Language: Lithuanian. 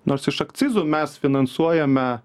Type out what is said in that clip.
nors iš akcizų mes finansuojame